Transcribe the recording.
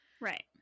right